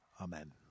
amen